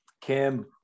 Kim